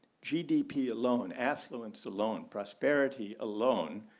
gdp alone affluence alone, prosperity alone,